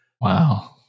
Wow